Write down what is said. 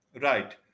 Right